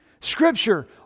Scripture